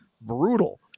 brutal